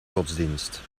godsdienst